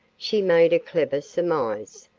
she made a clever surmise,